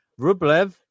Rublev